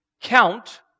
Count